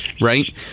right